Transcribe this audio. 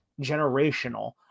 generational